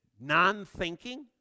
non-thinking